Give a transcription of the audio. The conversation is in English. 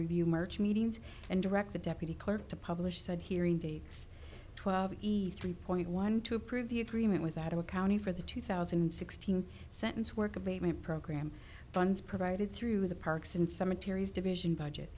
review march meetings and direct the deputy clerk to publish said here in davis twelve e's three point one two approve the agreement without accounting for the two thousand and sixteen sentence work abatement program funds provided through the parks and cemetaries division budget